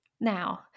Now